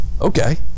Okay